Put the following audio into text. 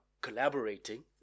collaborating